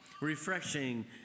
refreshing